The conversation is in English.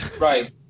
Right